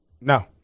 No